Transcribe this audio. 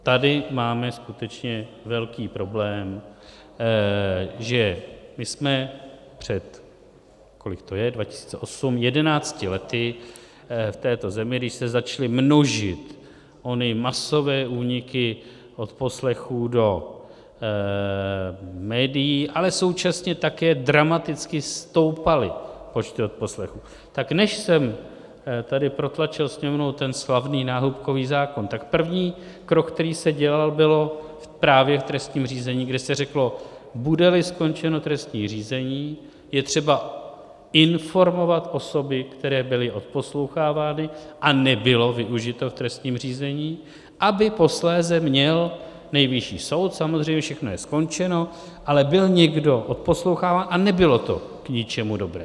Tady máme skutečně velký problém, že my jsme před jedenácti lety v této zemi, když se začaly množit ony masové úniky odposlechů do médií, ale současně také dramaticky stoupaly počty odposlechů, tak než jsem tady protlačil Sněmovnou ten slavný náhubkový zákon, tak první krok, který se dělal, bylo právě v trestním řízení, kde se řeklo: Budeli skončeno trestní řízení, je třeba informovat osoby, které byly odposlouchávány, a nebylo využito v trestním řízení, aby posléze měl Nejvyšší soud, samozřejmě všechno je skončeno, ale byl někdo odposloucháván a nebylo to k ničemu dobré.